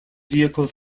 vehicle